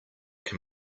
can